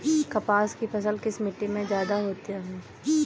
कपास की फसल किस मिट्टी में ज्यादा होता है?